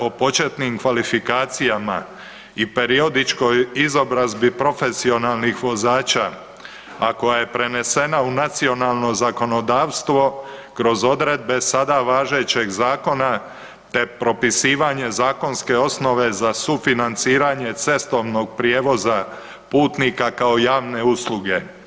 EZ-a o početnim kvalifikacijama i periodičkoj izobrazbi profesionalnih vozača, a koja je prenesena u nacionalno zakonodavstvo kroz odredbe sada važećeg zakona, te propisivanje zakonske osnove za sufinanciranje cestovnog prijevoza putnika kao javne usluge.